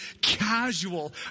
casual